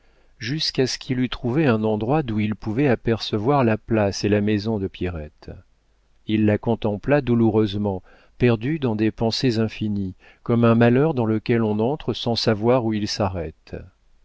jusqu'à ce qu'il eût trouvé un endroit d'où il pouvait apercevoir la place et la maison de pierrette il la contempla douloureusement perdu dans des pensées infinies comme un malheur dans lequel on entre sans savoir où il s'arrête